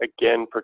again